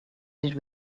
did